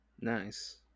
nice